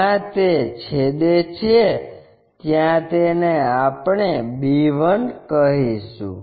જ્યાં તે છેદે છે ત્યાં તેને આપણે b1 કહીશું